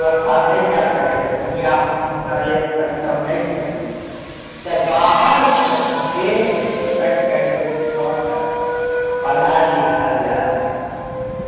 एतेक नीक बेबस्था नहि कऽ सकै छथिन या हुनका लेल सक्षम नहि छथिन तऽ बाहरसँ विशेष शिक्षकके नियुक्त कऽ कऽ पढ़ाएल लिखाएल जाइ